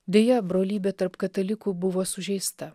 deja brolybė tarp katalikų buvo sužeista